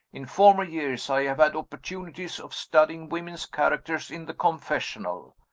in former years, i have had opportunities of studying women's characters in the confessional.